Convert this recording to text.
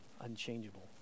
unchangeable